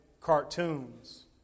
cartoons